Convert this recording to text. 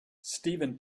steven